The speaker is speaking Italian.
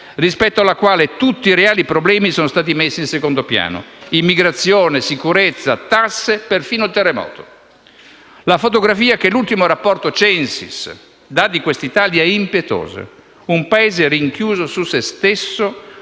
rispetto alla quale tutti i reali problemi sono stati messi in secondo piano: immigrazione, sicurezza, tasse, e perfino terremoto. La fotografia che l'ultimo rapporto CENSIS dà di quest'Italia è impietosa: un Paese rinchiuso su sé stesso,